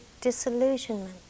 disillusionment